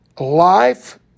life